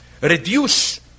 reduce